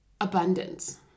abundance